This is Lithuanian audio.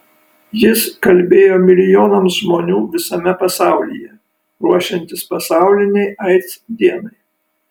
jis kalbėjo milijonams žmonių visame pasaulyje ruošiantis pasaulinei aids dienai